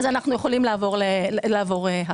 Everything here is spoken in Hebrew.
אנחנו יכולים לעבור הלאה.